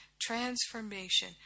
transformation